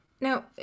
Now